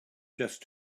just